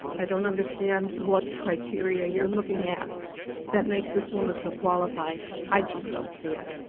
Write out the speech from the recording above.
i don't understand what criteria you're looking at that makes this woman so qualified, i just don't see it.